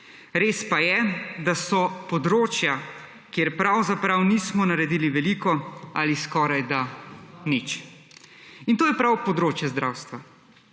»Res pa je, da so področja, kjer pravzaprav nismo naredili veliko ali skorajda nič. In to je prav področje zdravstva.